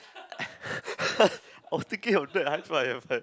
I was thinking of that high five high five